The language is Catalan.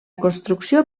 construcció